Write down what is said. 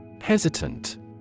Hesitant